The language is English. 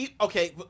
okay